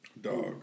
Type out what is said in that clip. Dog